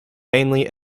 mainly